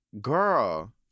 girl